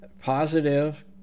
positive